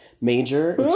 major